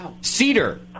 Cedar